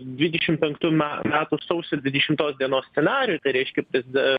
dvidešimt penktų me metų sausio dvidešimtos dienos scenarijų tai reiškia kad